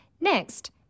Next